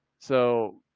so,